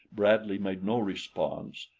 bradley made no response,